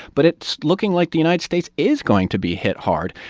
but it's looking like the united states is going to be hit hard,